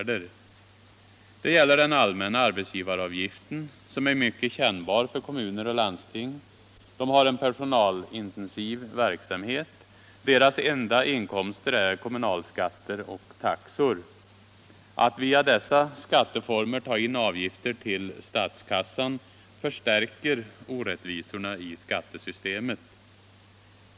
Det gäller den allmänna arbetsgivaravgiften, som är mycket kännbar för kommuner och landsting. De har en personalintensiv verksamhet. Deras enda inkomster är kommunalskatter och taxor. Att via dessa skatteformer ta in avgifter till statskassan förstärker orättvisorna i skattesystemet.